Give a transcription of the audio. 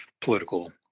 political